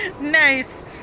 Nice